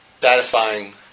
satisfying